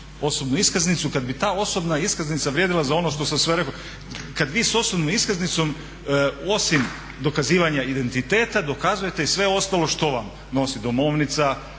osobnu iskaznicu kad bi ta osobna iskaznica vrijedila za ono što sam sve rekao. Kad vi sa osobnom iskaznicom osim dokazivanja identiteta dokazujete i sve ostalo što vam nosi domovnica,